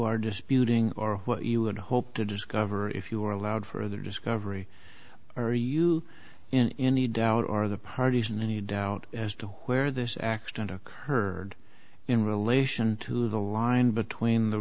disputing or what you would hope to discover if you were allowed further discovery are you in any doubt or are the parties in any doubt as to where this accident occurred in relation to the line between the